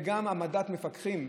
וגם בהעמדת מפקחים,